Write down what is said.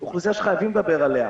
זה אוכלוסייה שחייבים לדבר עליה.